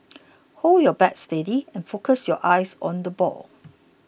hold your bat steady and focus your eyes on the ball